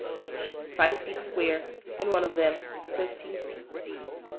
each five feet square and one of them fifteen feet deep.